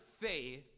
faith